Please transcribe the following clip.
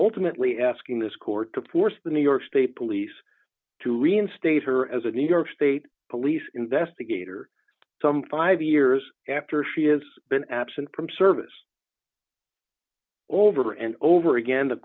ultimately asking this court to force the new york state police to reinstate her as a new york state police investigator some five years after she has been absent from service over and over again the